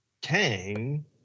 Kang